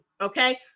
okay